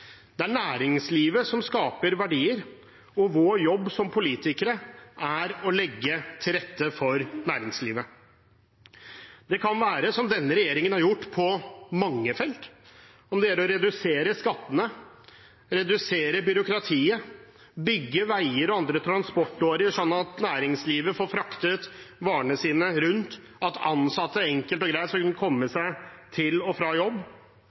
Det er næringslivet som skaper verdier, og vår jobb som politikere er å legge til rette for næringslivet. Det kan gjøres, som denne regjeringen har gjort på mange felt, ved å redusere skattene, redusere byråkratiet og bygge veier og andre transportårer, slik at næringslivet får fraktet varene sine rundt og ansatte enkelt og greit skal kunne komme seg til og fra jobb.